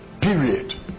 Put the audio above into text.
period